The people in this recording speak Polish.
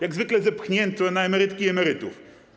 Jak zwykle zepchnięto na emerytki i emerytów.